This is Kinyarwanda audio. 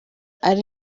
ari